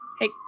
hey